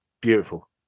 beautiful